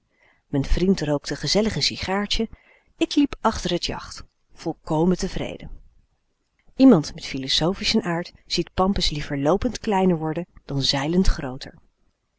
vriend rookte gezellig n sigaartje ik liep achter het jacht volkomen tevreden iemand met philosophischen aard ziet pampus liever loopend kleiner worden dan zeilend grooter